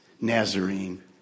Nazarene